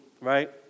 right